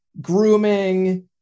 grooming